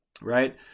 Right